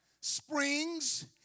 springs